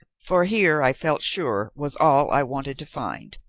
for here i felt sure was all i wanted to find,